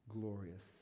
Glorious